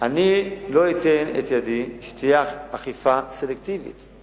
אני לא אתן את ידי לאכיפה סלקטיבית.